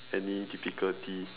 any difficulty